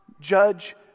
judge